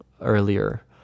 earlier